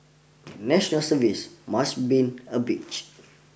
national service must been a bitch